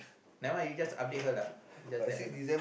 never mind you just update her lah just let her know